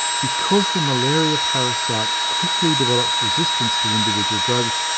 because the malaria parasite quickly develops resistance to individual drugs,